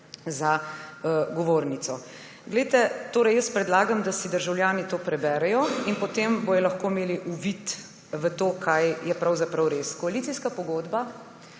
za govornico. Torej jaz predlagam, da si državljani to preberejo in potem bodo lahko imeli uvid v to, kaj je pravzaprav res. Koalicijska pogodba.